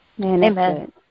Amen